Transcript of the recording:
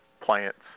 plants